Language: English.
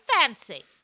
fancy